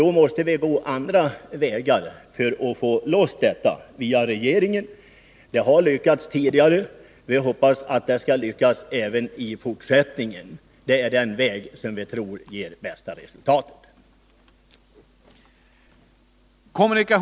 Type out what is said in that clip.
Då måste vi gå andra vägar för att få loss medel, nämligen via regeringen. Det har lyckats tidigare, och vi hoppas att det skall lyckas även i fortsättningen. Det är den väg som vi tror ger bästa resultatet.